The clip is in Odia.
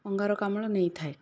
ଅଙ୍ଗାରକାମ୍ଲ ନେଇଥାଏ